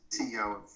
CEO